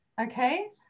Okay